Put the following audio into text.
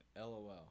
LOL